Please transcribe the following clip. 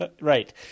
Right